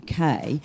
UK